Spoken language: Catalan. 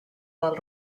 del